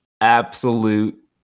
absolute